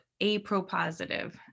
Apropositive